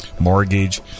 mortgage